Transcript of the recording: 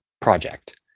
project